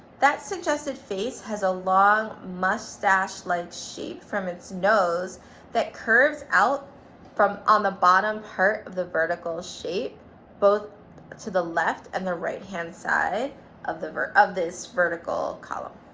that suggested face has a long mustache-like shape from its nose that curves out from on the bottom part of the vertical shape both to the left and the right hand side of the vert, of this vertical column.